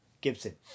Gibson